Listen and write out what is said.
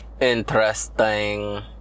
Interesting